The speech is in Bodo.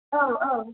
औ औ